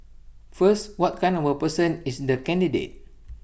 first what kind of person is the candidate